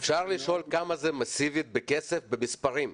אפשר לשאול כמה זה מסיבית בכסף, במספרים?